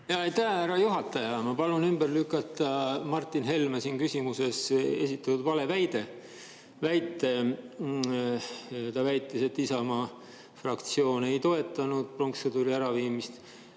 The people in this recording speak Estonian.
Aitäh, härra juhataja! Ma palun ümber lükata Martin Helme küsimuses esitatud valeväite. Ta väitis, et Isamaa fraktsioon ei toetanud pronkssõduri äraviimist.